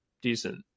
decent